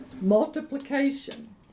multiplication